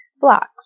blocks